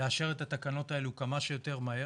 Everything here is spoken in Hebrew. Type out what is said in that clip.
לאשר את התקנות האלו כמה שיותר מהר.